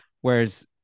Whereas